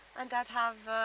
and i'd have